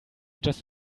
just